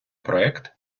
проект